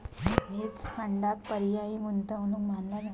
hedge फंडांक पर्यायी गुंतवणूक मानला जाता